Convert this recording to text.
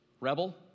rebel